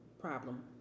problem